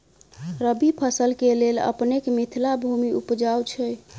रबी फसल केँ लेल अपनेक मिथिला भूमि उपजाउ छै